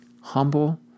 humble